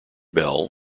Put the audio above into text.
bell